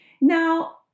Now